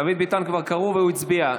דוד ביטן, כבר קראו והוא הצביע.